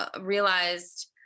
realized